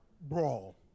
brawl